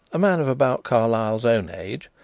a man of about carlyle's own age,